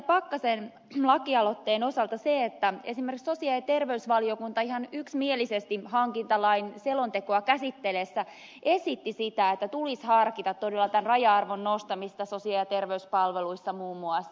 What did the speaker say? pakkasen lakialoitteen osalta se että esimerkiksi sosiaali ja terveysvaliokunta ihan yksimielisesti hankintalain selontekoa käsitellessään esitti sitä että tulisi harkita todella tämän raja arvon nostamista sosiaali ja terveyspalveluissa muun muassa